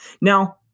Now